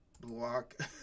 block